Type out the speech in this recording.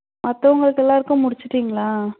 மற்றவங்களுக்கு எல்லோருக்கும் முடிச்சுட்டீங்களா